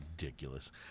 ridiculous